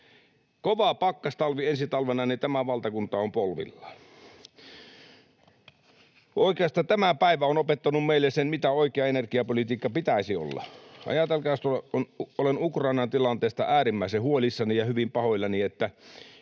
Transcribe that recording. kova pakkastalvi ensi talvena, niin tämä valtakunta on polvillaan. Oikeastaan tämä päivä on opettanut meille sen, mitä oikean energiapolitiikan pitäisi olla. Olen Ukrainan tilanteesta äärimmäisen huolissani ja hyvin pahoillani, että